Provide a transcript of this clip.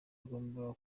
agomba